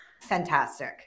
fantastic